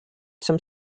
some